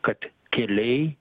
kad keliai